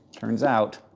turns out,